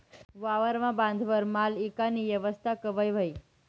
वावरना बांधवर माल ईकानी येवस्था कवय व्हयी?